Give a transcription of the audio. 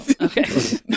okay